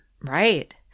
Right